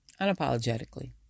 Unapologetically